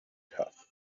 tough